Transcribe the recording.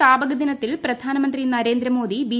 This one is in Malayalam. സ്ഥാപക ദിനത്തിൽ പ്രധാനമന്ത്രി നരേന്ദ്രമോദി ബി